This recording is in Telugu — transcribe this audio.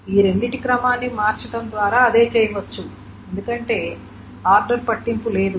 ఈ రెండిటి క్రమాన్ని మార్చడం ద్వారా అదే చేయవచ్చు ఎందుకంటే ఆర్డర్ పట్టింపు లేదు